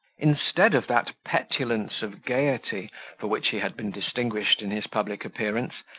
instead of that petulance of gaiety for which he had been distinguished in his public appearance,